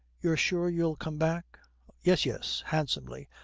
you're sure you'll come back yes, yes handsomely,